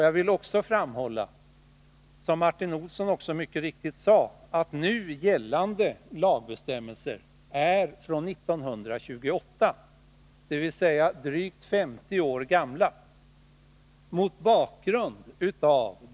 Jag vill vidare framhålla att —- som Martin Olsson också mycket riktigt sade — nu gällande lagbestämmelser är från 1928, dvs. drygt 50 år gamla.